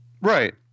Right